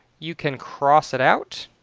you can cross it out,